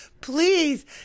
please